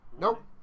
Nope